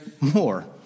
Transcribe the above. more